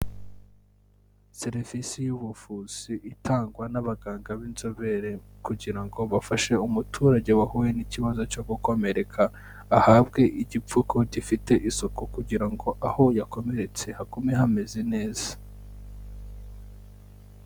Serivisi y'ubuvuzi itangwa n'abaganga b'inzobere kugirango bafashe umuturage wahuye n'ikibazo cyo gukomereka ahabwe igipfuko gifite isuku, kugirango aho yakomeretse hagume hameze neza.